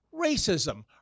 racism